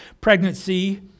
pregnancy